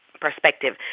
perspective